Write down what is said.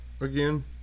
again